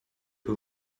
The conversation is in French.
que